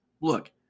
look